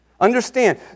Understand